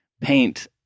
paint